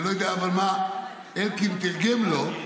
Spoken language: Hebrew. אני לא יודע מה אלקין תרגם לו,